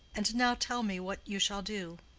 and now tell me what you shall do?